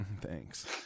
thanks